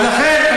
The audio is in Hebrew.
לכן,